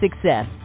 Success